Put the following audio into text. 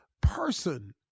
person